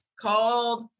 Called